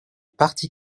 parti